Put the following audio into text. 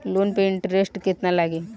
Loan पे interest केतना लागी?